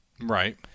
Right